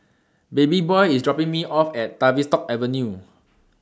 Babyboy IS dropping Me off At Tavistock Avenue